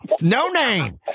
no-name